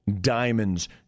diamonds